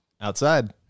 Outside